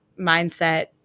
mindset